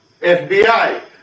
FBI